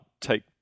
take